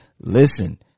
listen